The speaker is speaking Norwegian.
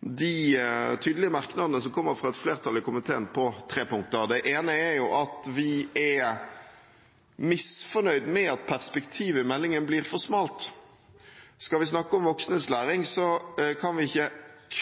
de tydelige merknadene som kommer fra et flertall i komiteen, på tre punkter. Det ene er at vi er misfornøyd med at perspektivet i meldingen blir for smalt. Skal vi snakke om voksnes læring, kan vi ikke